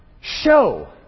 show